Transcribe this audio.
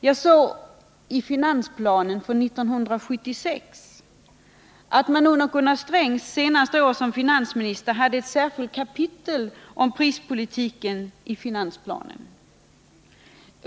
Jag såg i finansplanen för 1976, som var Gunnar Strängs senaste år som finansminister, att man hade ett särskilt kapitel om prispolitiken.